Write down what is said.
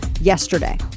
yesterday